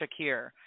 Shakir